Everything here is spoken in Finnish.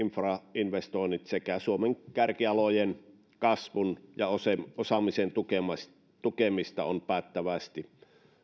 infrainvestointeja sekä suomen kärkialojen kasvun ja osaamisen tukemista on päättäväisesti